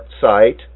site